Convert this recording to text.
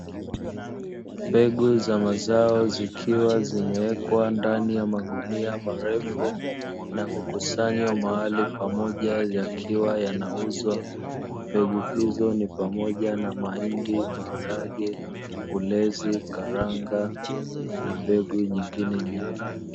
Mbegu za mazao zikiwa zimewekwa ndani ya magunia marefu na kukusanywa mahali pamoja yakiwa yanauzwa, mbegu hizo ni pamoja na: mahindi, maharage, ulezi, karanga na mbegu nyingine nyingi.